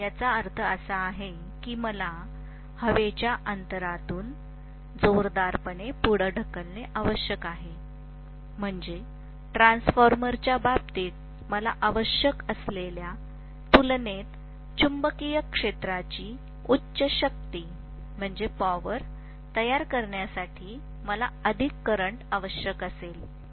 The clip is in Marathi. याचा अर्थ असा आहे की मला हवेच्या अंतरातून जोरदारपणे पुढे ढकलणे आवश्यक आहे म्हणजे ट्रान्सफॉर्मरच्या बाबतीत मला आवश्यक असलेल्या तुलनेत चुंबकीय क्षेत्राची उच्च शक्ती तयार करण्यासाठी मला अधिक करंट आवश्यक असेल